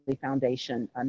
foundation